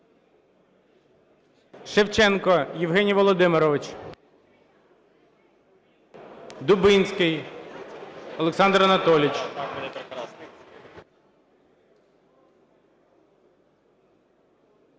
Шевченко Євгеній Володимирович. Дубінський Олександр Анатолійович.